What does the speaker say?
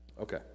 Okay